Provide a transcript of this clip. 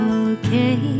okay